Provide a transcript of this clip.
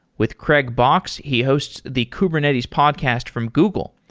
with craig box, he hosts the kubernetes podcast from google,